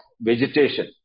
vegetation